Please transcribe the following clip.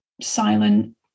silent